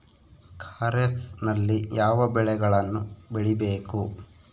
ಖಾರೇಫ್ ನಲ್ಲಿ ಯಾವ ಬೆಳೆಗಳನ್ನು ಬೆಳಿಬೇಕು?